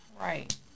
Right